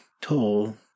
tall